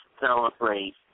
celebrate